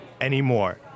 anymore